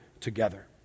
together